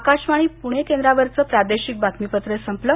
आकाशवाणी प्णे केंद्रावरचं प्रादेशिक बातमीपत्र संपलं